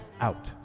out